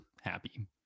happy